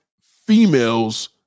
females